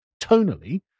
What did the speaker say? tonally